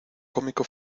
cómico